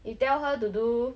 you tell her to do